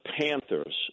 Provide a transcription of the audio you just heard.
Panthers